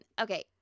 okay